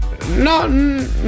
No